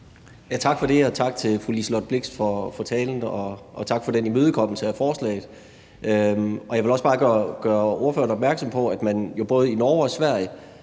Tak for det, og tak til fru Liselott Blixt for talen, og tak for imødekommelsen af forslaget. Jeg vil også bare gøre ordføreren opmærksom på, at man jo både i Norge og Sverige